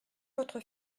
votre